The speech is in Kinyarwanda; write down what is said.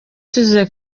tugeze